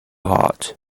hot